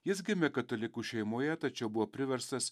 jis gimė katalikų šeimoje tačiau buvo priverstas